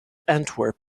antwerp